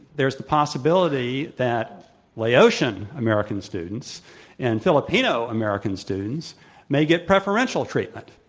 there's the possibility that laotian american students and filipino american students may get preferential treatment.